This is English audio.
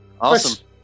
Awesome